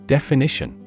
Definition